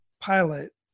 pilot